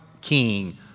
king